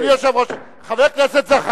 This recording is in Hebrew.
אדוני יושב-ראש, תנועת "כך"